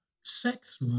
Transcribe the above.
sex